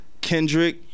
Kendrick